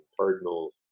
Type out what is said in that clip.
Cardinal